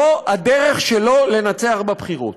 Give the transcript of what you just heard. זו הדרך שלו לנצח בבחירות.